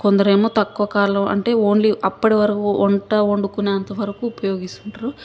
కొందరేమో తక్కువ కాలం అంటే ఓన్లీ అప్పడివరకు వంట వండుకొనేంత వరకు ఉపయోగిస్తుంటారు